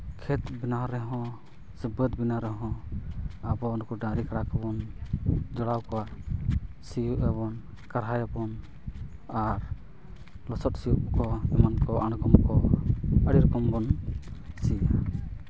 ᱠᱷᱮᱛ ᱵᱮᱱᱟᱣ ᱨᱮᱦᱚᱸ ᱥᱮ ᱵᱟᱹᱫᱽ ᱵᱮᱱᱟᱣ ᱨᱮᱦᱚᱸ ᱟᱵᱚ ᱩᱱᱠᱩ ᱰᱟᱹᱝᱨᱤ ᱠᱟᱰᱟ ᱠᱚᱵᱚᱱ ᱡᱚᱲᱟᱣ ᱠᱚᱣᱟ ᱥᱤᱭᱳᱜ ᱟᱵᱚᱱ ᱠᱟᱨᱦᱟᱭᱟᱵᱚᱱ ᱟᱨ ᱞᱚᱥᱚᱫ ᱥᱤᱭᱳᱜ ᱠᱚ ᱮᱢᱟᱱ ᱠᱚ ᱟᱬᱜᱚᱢ ᱠᱚ ᱟᱹᱰᱤ ᱨᱚᱠᱚᱢ ᱵᱚᱱ ᱥᱤᱭᱟ